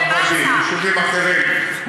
כפר-ורדים ויישובים אחרים,